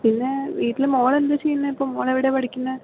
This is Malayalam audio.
പിന്നേ വീട്ടിൽ മകളെന്താ ചെയ്യുന്നത് ഇപ്പോൾ മകളെവിടെയാണ് പഠിക്കുന്നത്